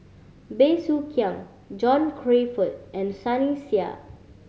Bey Soo Khiang John Crawfurd and Sunny Sia